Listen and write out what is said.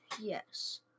Yes